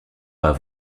pas